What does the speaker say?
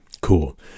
Cool